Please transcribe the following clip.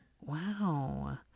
Wow